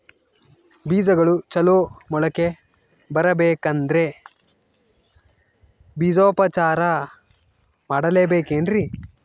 ಬೇಜಗಳು ಚಲೋ ಮೊಳಕೆ ಬರಬೇಕಂದ್ರೆ ಬೇಜೋಪಚಾರ ಮಾಡಲೆಬೇಕೆನ್ರಿ?